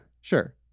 Sure